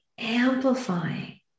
amplifying